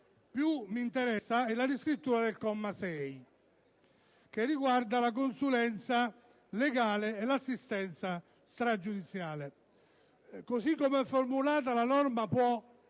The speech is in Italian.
la riscrittura del comma 6, che riguarda la consulenza legale e l'assistenza stragiudiziale. Così com'è formulata, la norma può